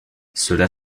cela